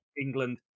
England